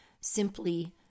simply